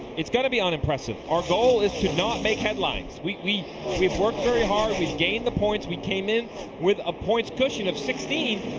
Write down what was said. it's going to be unimpressive. our goal is to not make headlines. we've worked very hard. we've gained the points. we came in with a points cushion of sixteen.